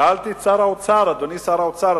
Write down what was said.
שאלתי את שר האוצר: אדוני שר האוצר,